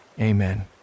amen